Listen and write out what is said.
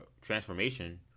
transformation